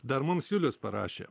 dar mums julius parašė